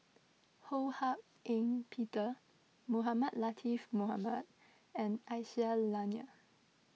Ho Hak Ean Peter Mohamed Latiff Mohamed and Aisyah Lyana